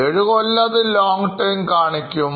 7 കൊല്ലംഅത് long term കാണിക്കും